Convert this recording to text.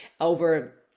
over